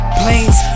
planes